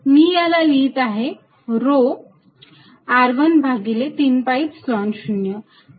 मी याला लिहित आहे रो r1 भागिले 3 Epsilon 0